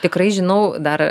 tikrai žinau dar